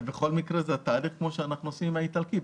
בכל מקרה זה תהליך כפי שאנחנו עושים עם התקן האיטלקי.